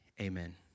Amen